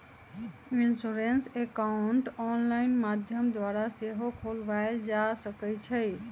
insurance account online माध्यम द्वारा सेहो खोलबायल जा सकइ छइ